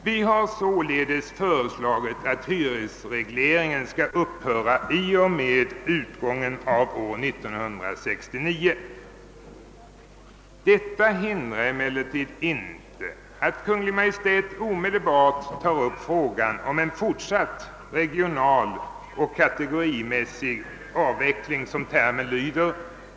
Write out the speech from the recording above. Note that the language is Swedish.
Vi har således föreslagit att hyresregleringen skall upphöra med utgången av år 1969. Detta hindrar emellertid inte att Kungl. Maj:t omedelbart tar upp frågan om en fortsatt regional och kategorimässig avveckling, som termen lyder.